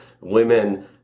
women